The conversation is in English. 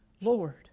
Lord